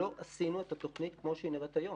לא עשינו את התוכנית כמו שהיא נראית היום.